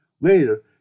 Later